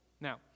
Now